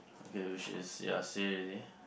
okay which is ya say already